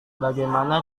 bagaimana